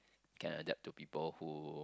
can adapt to people who